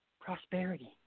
Prosperity